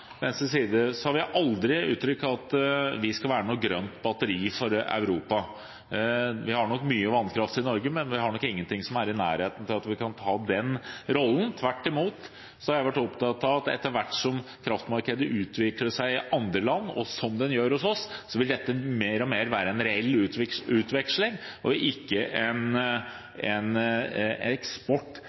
vi har nok ikke i nærheten så mye at vi kan ta den rollen. Tvert imot har jeg vært opptatt av at etter hvert som kraftmarkedet utvikler seg i andre land som det gjør hos oss, vil dette i hovedsak mer og mer være en reell utveksling og ikke en eksport